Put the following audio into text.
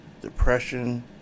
depression